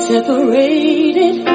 Separated